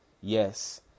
Yes